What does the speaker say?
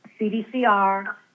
CDCR